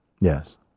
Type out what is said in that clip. Yes